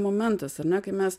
momentas ar ne kai mes